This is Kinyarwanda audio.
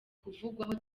kuvugwaho